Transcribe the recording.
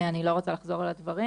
אני לא רוצה לחזור על הדברים,